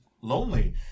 lonely